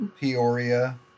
Peoria